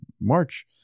March